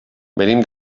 venim